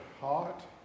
hot